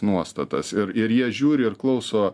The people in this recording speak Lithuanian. nuostatas ir ir jie žiūri ir klauso